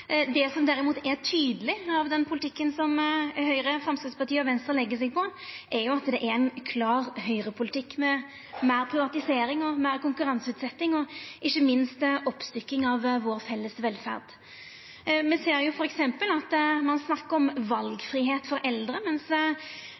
Det som derimot er tydeleg når det gjeld den politikken Høgre, Framstegspartiet og Venstre legg seg på, er at det er ein klar høgrepolitikk med meir privatisering, meir konkurranseutsetjing og ikkje minst oppstykking av den felles velferda vår. Me ser f.eks. at ein snakkar om